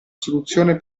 soluzione